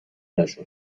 نشو